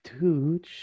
dude